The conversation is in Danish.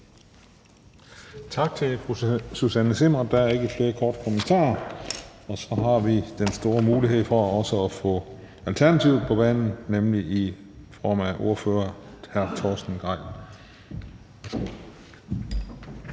Tak til fru Susanne Zimmer. Der er ikke flere korte kommentarer. Så har vi den store mulighed for også at få Alternativet på banen, nemlig i skikkelse af ordfører hr. Torsten Gejl.